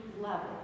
level